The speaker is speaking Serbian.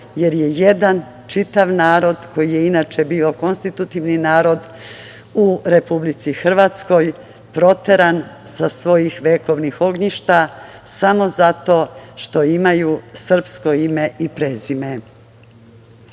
jer je jedan čitav narod koji je inače bio konstitutivni narod u Republici Hrvatskoj proteran sa svojih vekovnih ognjišta, samo zato što imaju srpsko ime i prezime. Kada